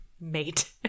mate